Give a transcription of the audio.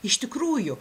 iš tikrųjų